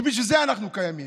כי בשביל זה אנחנו קיימים.